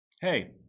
Hey